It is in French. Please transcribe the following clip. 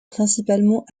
principalement